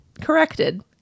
corrected